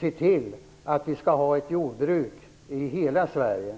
se till att vi kan ha ett jordbruk i hela Sverige.